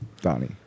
Donnie